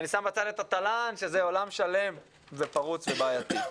ואני שם בצד את התל"ן שזה עולם שלם זה פרוץ ובעייתי.